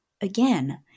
Again